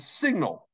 signal